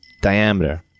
diameter